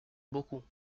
beaucoup